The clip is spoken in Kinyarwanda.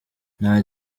nta